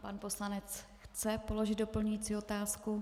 Pan poslanec chce položit doplňující otázku.